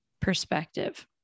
perspective